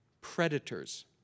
predators